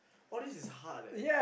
all this is hard leh